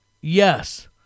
Yes